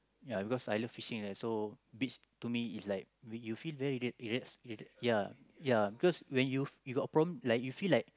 ya because I love fishing lah so beach to me is like you feel very relax ya ya because when you you got problem then